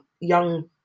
young